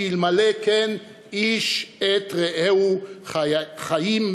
שאלמלא כן "איש את רעהו חיים בְּלָעוֹ".